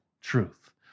truth